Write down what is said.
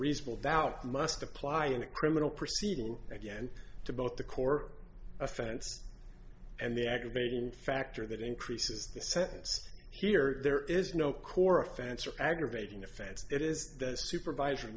reasonable doubt must apply in a criminal proceeding again to both the core offense and the aggravating factor that increases the sentence here there is no core of finance or aggravating offense it is the supervisor at